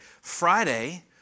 Friday